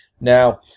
Now